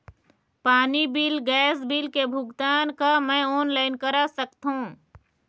पानी bill gas bill के भुगतान का मैं ऑनलाइन करा सकथों?